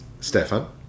Stefan